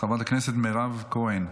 חברת הכנסת מירב כהן,